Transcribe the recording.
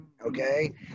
Okay